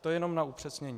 To jenom na upřesnění.